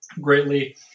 greatly